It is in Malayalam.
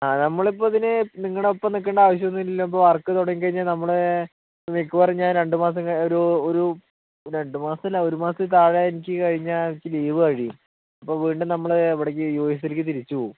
ആ നമ്മളിപ്പം ഇതിന് നിങ്ങളുടെയൊപ്പം നിൽക്കേണ്ട ആവശ്യം ഒന്നുമില്ലല്ലോ ഇപ്പോൾ വർക്ക് തുടങ്ങി കഴിഞ്ഞാൽ നമ്മൾ മിക്കവാറും ഞാൻ രണ്ടുമാസം കഴി ഒരു ഒരു രണ്ടു മാസമില്ല ഒരു മാസത്തി താഴേ എനിക്ക് കഴിഞ്ഞാൽ എനിക്ക് ലീവ് കഴിയും അപ്പം വീണ്ടും നമ്മൾ ഇവിടേക്ക് യുഎസിലേക്ക് തിരിച്ചു പോകും